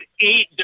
eight